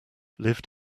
lived